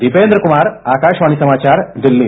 दीपेन्द्र कुमार आकाशवाणी समाचार दिल्ली